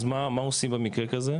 אז מה עושים במקרה כזה?